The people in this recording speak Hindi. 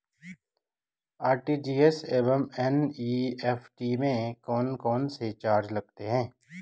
आर.टी.जी.एस एवं एन.ई.एफ.टी में कौन कौनसे चार्ज लगते हैं?